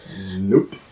Nope